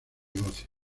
negocios